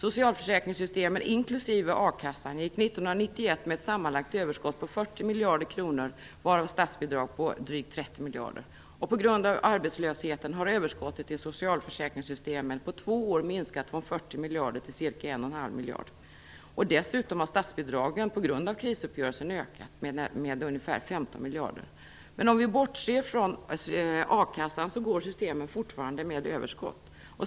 1991 med ett sammanlagt överskott på 40 miljarder kronor, varav statsbidrag utgörs av drygt 30 miljarder kronor. På grund av arbetslösheten har överskottet i socialförsäkringssystemen på två år minskat från 40 miljarder kronor till ca 1,5 miljarder kronor. Dessutom har statsbidragen bl.a. på grund av krisuppgörelsen ökat med drygt 15 miljarder kronor. Om vi bortser från a-kassan går systemen fortfarande med överskott.